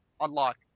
unlock